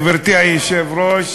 גברתי היושבת-ראש,